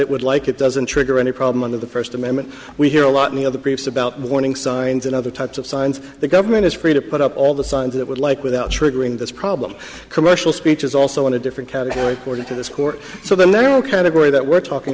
it would like it doesn't trigger any problem of the first amendment we hear a lot in the other groups about warning signs and other types of signs the government is free to put up all the signs it would like without triggering this problem commercial speech is also in a different category or to this court so the narrow category that we're talking